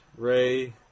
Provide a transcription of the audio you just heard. Ray